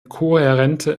kohärente